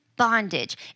bondage